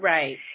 Right